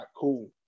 cool